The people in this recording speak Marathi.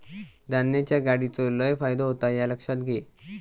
धान्याच्या गाडीचो लय फायदो होता ह्या लक्षात घे